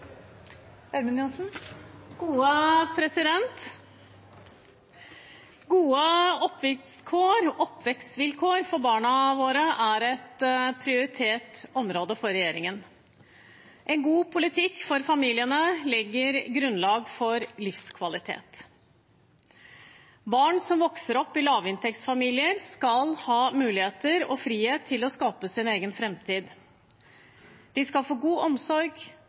minutter. Gode oppvekstvilkår for barna våre er et prioritert område for regjeringen. En god politikk for familiene legger grunnlag for livskvalitet. Barn som vokser opp i lavinntektsfamilier, skal ha mulighet og frihet til å skape sin egen framtid. De skal få god omsorg,